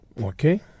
Okay